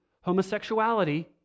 homosexuality